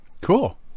Cool